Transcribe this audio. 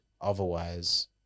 Otherwise